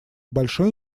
большой